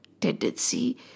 tendency